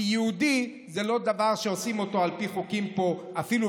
כי יהודי זה לא דבר שעושים אותו על פי חוקים פה,